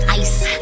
ice